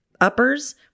uppers